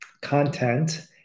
content